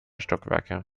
stockwerke